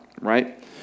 right